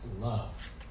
love